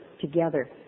together